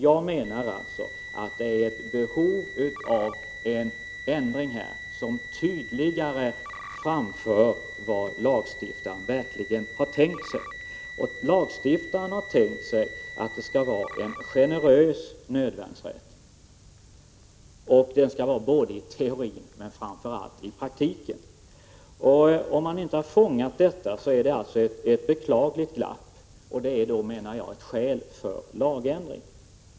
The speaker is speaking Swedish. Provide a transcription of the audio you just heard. Jag menar att det finns ett behov av en ändring här, som tydligare framför vad lagstiftaren verkligen har tänkt sig. Lagstiftaren har tänkt sig en generös nödvärnsrätt. Denna rätt skall finnas både i teorin och praktiken, men framför allt i praktiken. Om man inte har fångat detta innebär det ett beklagligt glapp. Det menar jag är ett skäl för lagändring.